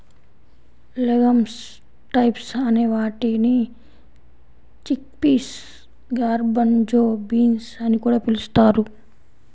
legumes types అనే వాటిని chickpeas, garbanzo beans అని కూడా పిలుస్తారు